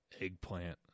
Eggplant